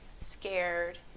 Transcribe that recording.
scared